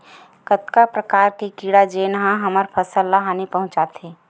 कतका प्रकार के कीड़ा जेन ह हमर फसल ल हानि पहुंचाथे?